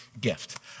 gift